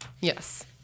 Yes